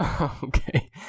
Okay